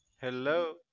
Hello